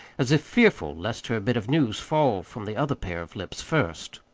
as if fearful lest her bit of news fall from the other pair of lips first.